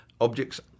objects